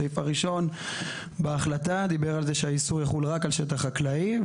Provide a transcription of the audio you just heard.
הסעיף הראשון בהחלטה דיבר על זה שהאיסור יחול רק על שטח חקלאי.